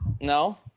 No